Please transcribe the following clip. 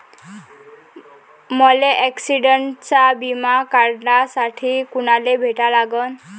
मले ॲक्सिडंटचा बिमा काढासाठी कुनाले भेटा लागन?